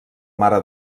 mare